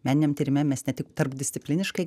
meniniam tyrime mes ne tik tarpdiscipliniškai